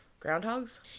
Groundhogs